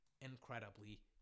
incredibly